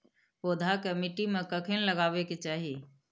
पौधा के मिट्टी में कखेन लगबाके चाहि?